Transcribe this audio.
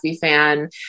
fan